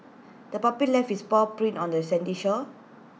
the puppy left its paw prints on the sandy shore